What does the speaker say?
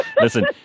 Listen